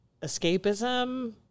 escapism